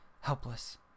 helpless